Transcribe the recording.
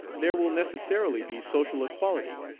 there will necessarily be social equality,